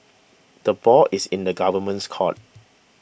the ball is in the Government's court